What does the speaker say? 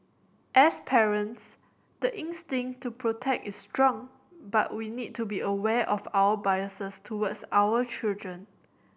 as parents the instinct to protect is strong but we need to be aware of our biases towards our children